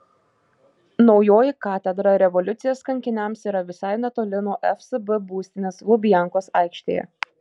naujoji katedra revoliucijos kankiniams yra visai netoli nuo fsb būstinės lubiankos aikštėje